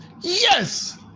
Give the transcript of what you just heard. Yes